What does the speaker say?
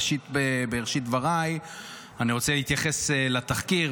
בראשית דבריי אני רוצה להתייחס לתחקיר.